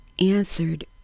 answered